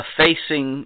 facing